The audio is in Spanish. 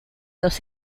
dos